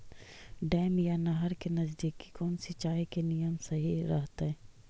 Dam या नहर के नजदीक कौन सिंचाई के नियम सही रहतैय?